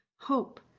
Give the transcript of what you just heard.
hope